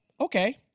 Okay